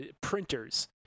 printers